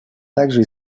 также